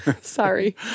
Sorry